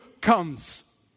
comes